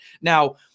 Now